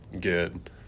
good